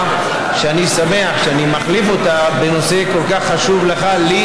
שכל כך אוהב את ישראל,